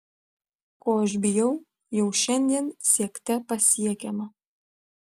ko aš bijau jau šiandien siekte pasiekiama